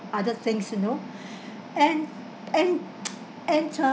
other things you know and and and uh